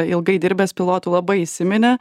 ilgai dirbęs pilotu labai įsiminė